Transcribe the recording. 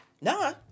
No